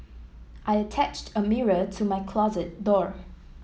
I attached a mirror to my closet door